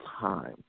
time